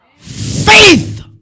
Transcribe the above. Faith